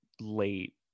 late